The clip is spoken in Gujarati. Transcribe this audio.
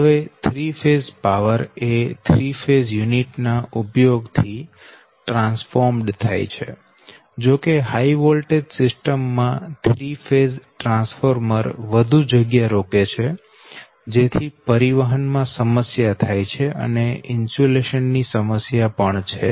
હવે 3 ફેઝ પાવર એ 3 ફેઝ યુનિટ ના ઉપયોગ થી ટ્રાન્સફોર્મ્ડ થાય છે જો કે હાય વોલ્ટેજ સિસ્ટમ માં 3 ફેઝ ટ્રાન્સફોર્મર વધુ જગ્યા રોકે છે જેથી પરિવહન માં સમસ્યા થાય છે અને ઇન્સ્યુલેશન ની સમસ્યા પણ છે